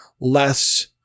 less